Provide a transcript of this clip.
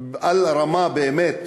ברמה באמת